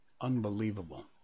unbelievable